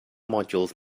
modules